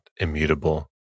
immutable